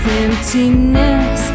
emptiness